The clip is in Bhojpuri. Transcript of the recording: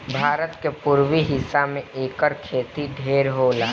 भारत के पुरबी हिस्सा में एकर खेती ढेर होला